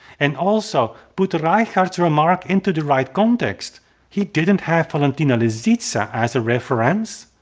and also put reichardt's remark into the right context he didn't have valentina lisitsa as a reference,